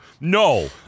No